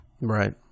Right